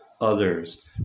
others